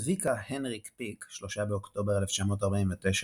צביקה הנריק פיק 3 באוקטובר 1949,